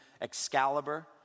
Excalibur